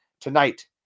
tonight